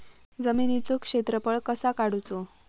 जमिनीचो क्षेत्रफळ कसा काढुचा?